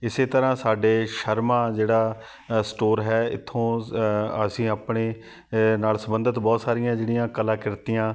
ਇਸੇ ਤਰ੍ਹਾਂ ਸਾਡੇ ਸ਼ਰਮਾ ਜਿਹੜਾ ਅ ਸਟੋਰ ਹੈ ਇੱਥੋਂ ਅਸੀਂ ਆਪਣੇ ਅ ਨਾਲ ਸੰਬੰਧਿਤ ਬਹੁਤ ਸਾਰੀਆਂ ਜਿਹੜੀਆਂ ਕਲਾ ਕ੍ਰਿਤੀਆਂ